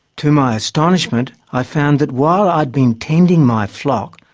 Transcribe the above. to my astonishment i found that while i had been tending my flock,